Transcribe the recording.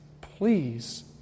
please